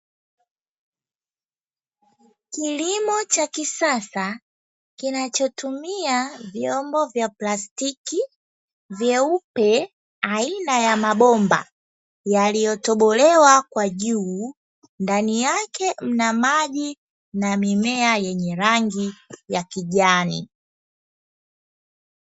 Kilimo cha kisasa kinachotumia vyombo vya plastiki vyeupe aina ya mabomba yaliyotobolewa kwa juu. Ndani yake mna maji na mimea yenye rangi ya kijani.